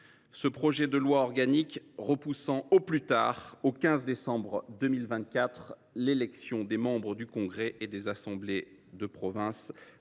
ce projet de loi organique reportant au plus tard au 15 décembre 2024 l’élection des membres du congrès et des assemblées de province